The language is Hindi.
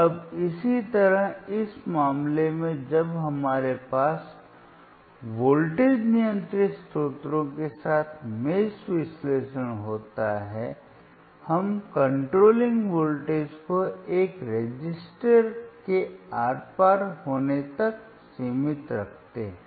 अब इसी तरह इस मामले में जब हमारे पास वोल्टेज नियंत्रित स्रोतों के साथ मेष विश्लेषण होता है हम कंट्रोलिंग वोल्टेज को एक रेसिस्टर के आर पार होने तक सीमित रखते हैं